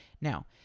now